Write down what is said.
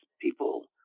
people